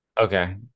Okay